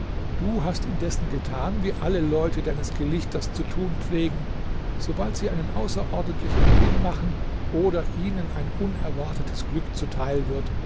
du hast indessen getan wie alle leute deines gelichters zu tun pflegen sobald sie einen außerordentlichen gewinn machen oder ihnen ein unerwartetes glück zuteil wird